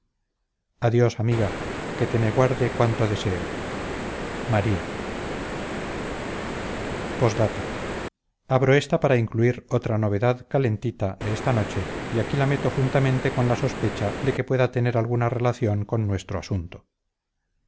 dios amiga que te me guarde cuanto deseo maría p d abro esta para incluir otra novedad calentita de esta noche y aquí la meto juntamente con la sospecha de que pueda tener alguna relación con nuestro asunto